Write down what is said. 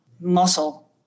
muscle